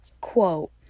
quote